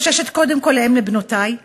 אני חוששת קודם כול כאם לבנותי,